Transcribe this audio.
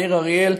מהעיר אריאל,